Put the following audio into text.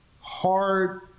hard